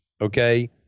Okay